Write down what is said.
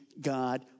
God